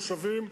מושבים,